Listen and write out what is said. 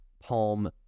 Palm